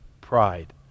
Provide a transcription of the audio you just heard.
Pride